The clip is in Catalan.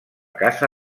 casa